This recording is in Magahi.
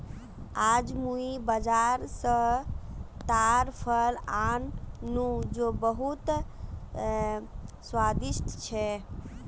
आईज मुई बाजार स ताड़ फल आन नु जो बहुत स्वादिष्ट छ